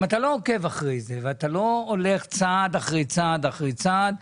אם אתה לא עוקב אחרי זה ואתה לא הולך צעד אחרי צעד אחרי צעד,